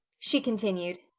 she continued.